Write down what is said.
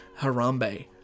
Harambe